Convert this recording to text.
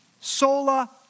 Sola